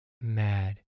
mad